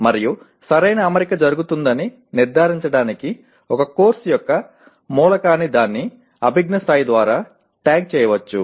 మరియు సరైన అమరిక జరుగుతుందని నిర్ధారించడానికి ఒక కోర్సు యొక్క మూలకాన్ని దాని అభిజ్ఞా స్థాయి ద్వారా ట్యాగ్ చేయవచ్చు